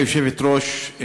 גברתי היושבת-ראש,